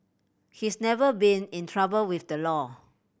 he's never been in trouble with the law